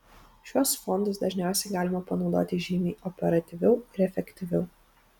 šiuos fondus dažniausiai galima panaudoti žymiai operatyviau ir efektyviau